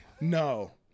No